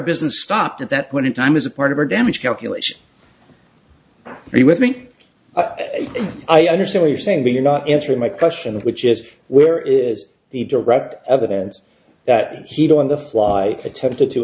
business stopped at that point in time as a part of our damage calculation he with me i understood what you're saying but you're not answering my question which is where is the direct evidence that she'd on the fly attempted to